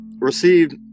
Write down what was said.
received